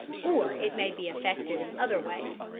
or it may be effected in other ways,